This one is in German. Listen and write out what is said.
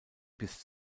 bis